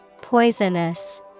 Poisonous